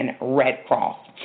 Redcross